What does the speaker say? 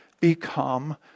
become